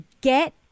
get